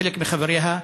חלק מחבריה,